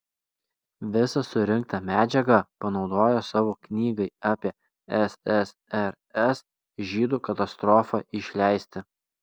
visą surinktą medžiagą panaudojo savo knygai apie ssrs žydų katastrofą išleisti